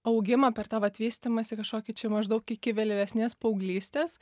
augimą per tą vat vystymąsi kažkokį čia maždaug iki vėlyvesnės paauglystės